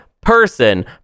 person